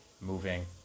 moving